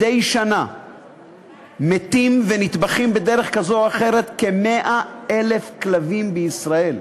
מדי שנה מתים ונטבחים בדרך כזאת או אחרת כ-100,000 כלבים בישראל.